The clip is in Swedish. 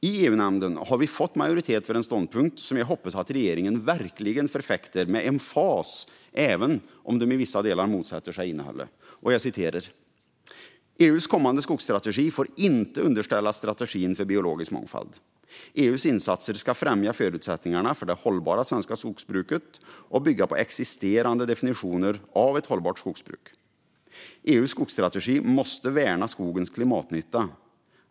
I EU-nämnden har vi fått majoritet för den ståndpunkt som jag hoppas att regeringen verkligen förfäktar med emfas, även om de i vissa delar motsätter sig innehållet: "EU:s kommande skogsstrategi får inte underställas strategin för biologisk mångfald. EU:s insatser ska främja förutsättningarna för det hållbara svenska skogsbruket och bygga på existerande definitioner av ett hållbart skogsbruk. EU:s skogsstrategi måste värna skogens klimatnytta.